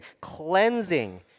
cleansing